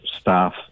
staff